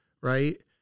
Right